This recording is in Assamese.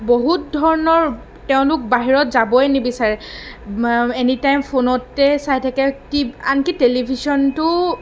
বহুত ধৰণৰ তেওঁলোক বাহিৰত যাবই নিবিচাৰে এনিটাইম ফোনতেই চাই থাকে আনকি টেলিভিচনটোও